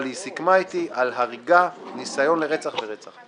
אבל היא סיכמה איתי על הריגה, ניסיון לרצח ורצח.